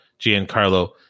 giancarlo